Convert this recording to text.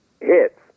hits